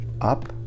up